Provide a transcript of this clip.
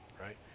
right